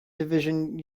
division